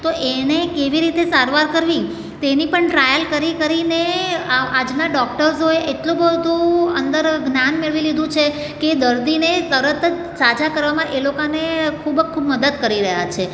તો એને કેવી રીતે સારવાર કરવી તેની પણ ટ્રાયલ કરી કરીને આજના ડોક્ટર્સોએ એટલું બધું અંદર જ્ઞાન મેળવી લીધું છે કે એ દર્દીને તરત જ સાજા કરવામાં એ લોકાને ખૂબ ખૂબ મદદ કરી રહ્યા છે